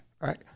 right